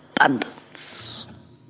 abundance